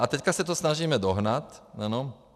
A teď se to snažíme dohnat, ano.